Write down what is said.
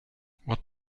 what